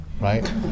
right